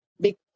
big